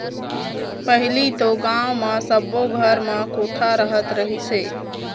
पहिली तो गाँव म सब्बो घर म कोठा रहत रहिस हे